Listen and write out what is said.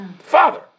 Father